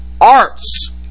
Arts